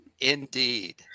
Indeed